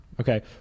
Okay